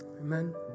amen